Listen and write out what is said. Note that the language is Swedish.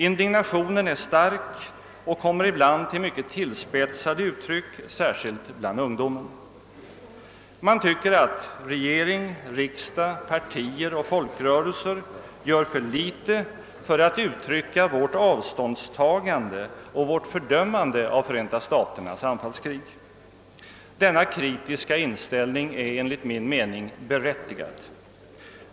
Indignationen är stark och kommer ibland till mycket tillspetsade uttryck särskilt bland ungdomen. Man tycker att regering, riksdag, partier och folkrörelser gör för litet för att uttrycka vårt avståndstagande till och fördömande av Förenta staternas anfallskrig. Denna kritiska inställning är enligt min mening berättigad.